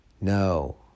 No